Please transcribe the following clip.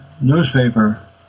newspaper